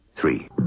three